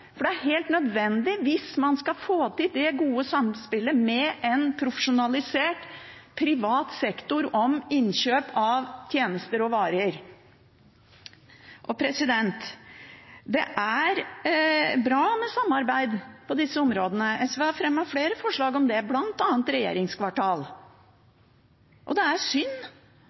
for det er helt nødvendig hvis man skal få til det gode samspillet med en profesjonalisert privat sektor om innkjøp av tjenester og varer. Det er bra med samarbeid på disse områdene. SV har fremmet flere forslag om det, bl.a. når det gjelder regjeringskvartalet. Det er synd